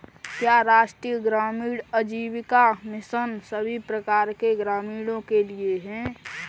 क्या राष्ट्रीय ग्रामीण आजीविका मिशन सभी प्रकार के ग्रामीणों के लिए है?